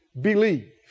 believe